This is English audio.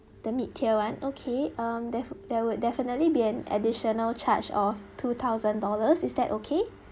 the mid tier one okay um ther~ there would definitely be an additional charge of two thousand dollars is that okay